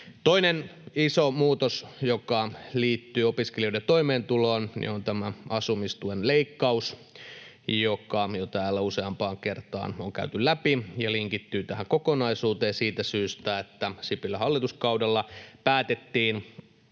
Toinen iso muutos, joka liittyy opiskelijoiden toimeentuloon, on tämä asumistuen leikkaus, joka täällä jo useampaan kertaan on käyty läpi. Se linkittyy tähän kokonaisuuteen siitä syystä, että Sipilän hallituskaudella aikanaan